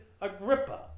Agrippa